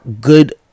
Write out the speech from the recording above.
good